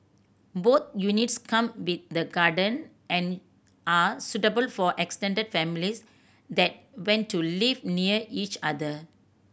both units come with the garden and are suitable for extended families that want to live near each other